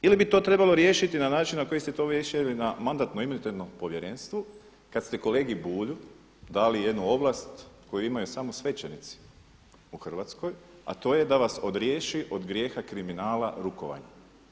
Ili bi to trebali riješiti na način na koji ste to riješili na Mandatno-imunitetnom povjerenstvu kad ste kolegi Bulju dali jednu ovlast koju imaju samo svećenici u Hrvatskoj a to je da vas odriješi od grijeha kriminala rukovanjem.